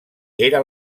era